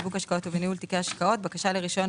בשיווק השקעות ובניהול תיקי השקעות (בקשה לרישיון,